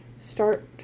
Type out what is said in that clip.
start